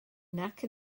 nac